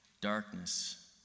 Darkness